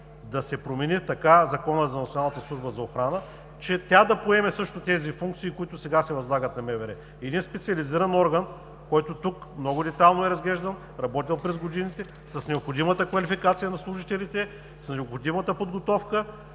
да се промени така Законът за Националната служба за охрана, че тя да поеме също тези функции, които сега се възлагат на МВР – един специализиран орган, който тук много детайлно е разглеждан, работил е през годините, с необходимата квалификация на служителите, с необходимата подготовка,